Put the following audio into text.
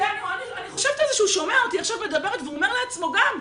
ואני חושבת על זה שהוא שומע אותי עכשיו מדברת והוא אומר לעצמו גם,